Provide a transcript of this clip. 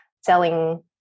selling